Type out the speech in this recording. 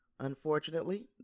Unfortunately